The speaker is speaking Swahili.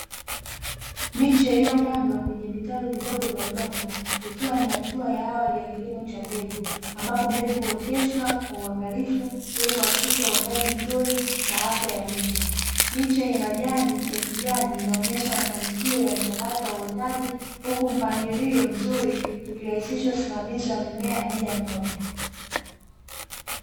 Miche iliyopandwa kwenye vitalu vidogo vya udongo, ikiwa ni hatua ya awali ya kilimo cha mbegu, ambapo mbegu huoteshwa kwa uangalifu ili kuhakikisha uotaji mzuri na afya ya miche. Miche yenye majani ya kijani inaonyesha mafanikio ya mchakato wa uotaji, huku mpangilio mzuri ukirahisisha usimamizi wa mmea mmojammoja.